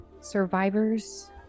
survivors